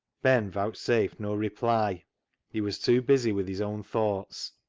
ben vouchsafed no reply he was too busy with his own thoughts.